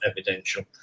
evidential